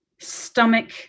stomach